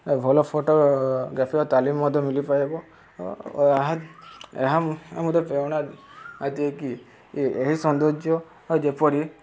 ଭଲ ଫଟୋଗ୍ରାଫିର ତାଲିମ ମଧ୍ୟ ମିଲିପାରବ ଏହା ଏହା ମଧ୍ୟ ପ୍ରେରଣା ଦିଏ କି ଏହି ସୌନ୍ଦର୍ଯ୍ୟ ଯେପରି